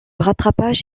rattrapage